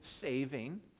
saving